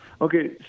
Okay